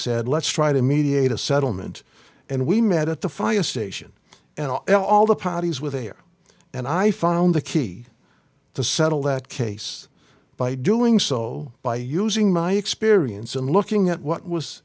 said let's try to mediate a settlement and we met at the fire station and all the parties with there and i found the key to settle that case by doing so by using my experience and looking at what was